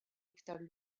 iktar